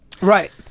Right